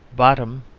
bottom,